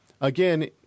again